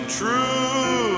true